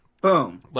Boom